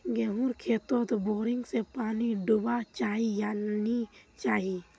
गेँहूर खेतोत बोरिंग से पानी दुबा चही या नी चही?